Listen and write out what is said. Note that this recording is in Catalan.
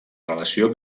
relació